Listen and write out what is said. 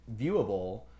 viewable